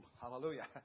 Hallelujah